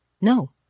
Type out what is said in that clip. no